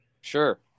Sure